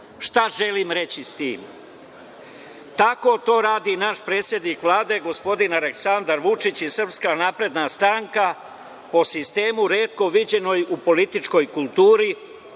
Šta želim reći sa tim? Tako to radi naš predsednik Vlade gospodin Aleksandar Vučić i SNS, po sistemu retko viđenom u političkoj kulturi,